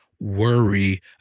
worry